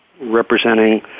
representing